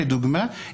לדוגמה,